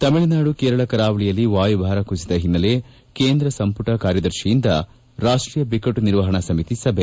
ತಮಿಳುನಾಡು ಕೇರಳ ಕರಾವಳಿಯಲ್ಲಿ ವಾಯುಭಾರ ಕುಸಿತ ಹಿನ್ನೆಲೆ ಕೇಂದ್ರ ಸಂಪುಟ ಕಾರ್ಯದರ್ತಿಯಿಂದ ರಾಷ್ಷೀಯ ಬಿಕ್ಕಟ್ಟು ನಿರ್ವಹಣಾ ಸಮಿತಿ ಸಭೆ